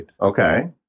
Okay